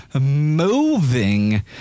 moving